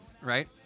Right